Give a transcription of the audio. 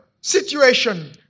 situation